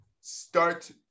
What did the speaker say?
start